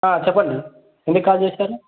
చెప్పండి ఎందుకు కాల్ చేసారు